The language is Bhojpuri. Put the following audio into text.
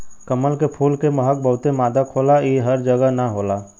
कमल के फूल के महक बहुते मादक होला इ हर जगह ना होला